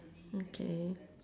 okay